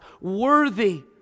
worthy